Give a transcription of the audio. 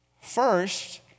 First